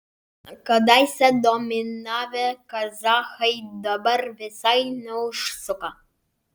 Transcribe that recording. kadaise dominavę kazachai dabar visai neužsuka